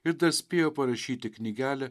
ir dar spėjo parašyti knygelę